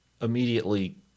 immediately